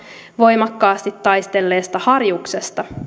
voimakkaasti taistelleesta harjuksesta